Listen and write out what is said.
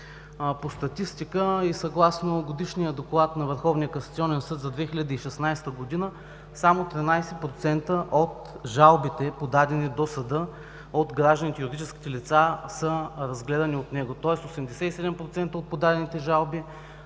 По статистика и съгласно Годишния доклад на Върховния касационен съд за 2016 г. само 13% от жалбите, подадени до съда от гражданите и юридическите лица, са разгледани от него, тоест 87% от подадените жалби